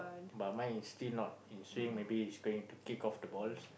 but mine is still not in swing maybe he's going to kick off the ball